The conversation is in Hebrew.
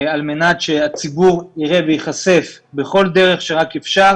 על מנת שהציבור יראה וייחשף בכל דרך שרק אפשר